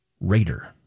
Raider